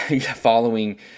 Following